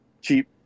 cheap